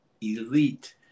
elite